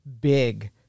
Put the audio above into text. big